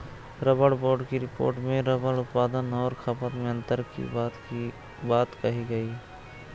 rubber board की report में rubber उत्पादन और खपत में अन्तर की बात कही गई